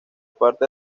parte